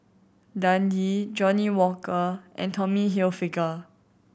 Dundee Johnnie Walker and Tommy Hilfiger